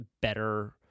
better